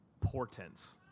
portents